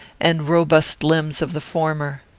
and robust limbs of the former.